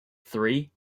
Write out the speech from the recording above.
three